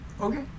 Okay